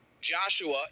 Joshua